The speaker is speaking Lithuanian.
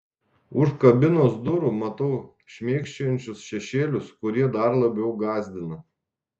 už kabinos durų matau šmėkščiojančius šešėlius kurie dar labiau gąsdina